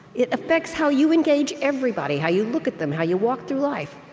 it affects how you engage everybody, how you look at them, how you walk through life.